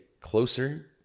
closer